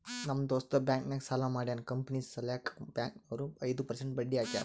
ನಮ್ ದೋಸ್ತ ಬ್ಯಾಂಕ್ ನಾಗ್ ಸಾಲ ಮಾಡ್ಯಾನ್ ಕಂಪನಿ ಸಲ್ಯಾಕ್ ಬ್ಯಾಂಕ್ ನವ್ರು ಐದು ಪರ್ಸೆಂಟ್ ಬಡ್ಡಿ ಹಾಕ್ಯಾರ್